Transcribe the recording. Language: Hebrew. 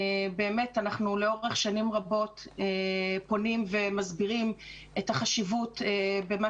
לאורך שנים רבות אנחנו פונים ומסבירים את החשיבות במה